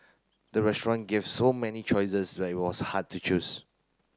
the restaurant gave so many choices that it was hard to choose